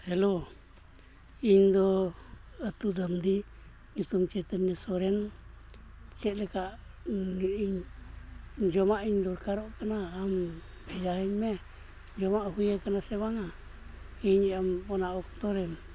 hello ᱤᱧᱫᱚ ᱟᱹᱛᱩ ᱫᱟᱢᱰᱤ ᱧᱩᱛᱩᱢ ᱪᱳᱭᱛᱳᱱᱱᱚ ᱥᱚᱨᱮᱱ ᱪᱮᱫᱞᱮᱠᱟ ᱤᱧ ᱡᱚᱢᱟᱜ ᱤᱧ ᱫᱚᱨᱠᱟᱨᱚᱜ ᱠᱟᱱᱟ ᱟᱢ ᱵᱷᱮᱡᱟᱣᱟᱹᱧ ᱢᱮ ᱡᱚᱢᱟᱜ ᱦᱩᱭᱟᱠᱟᱱᱟ ᱥᱮ ᱵᱟᱝᱼᱟ ᱤᱧ ᱟᱢ ᱚᱱᱟ ᱚᱠᱛᱚ ᱨᱮᱢ